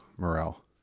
Morale